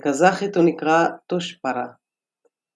süsbərə בקזחית הוא נקרא טושפרה - тұшпара,